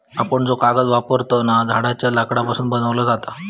आपण जो कागद वापरतव ना, झाडांच्या लाकडापासून बनवलो जाता